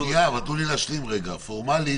רגע להשלים פורמלית,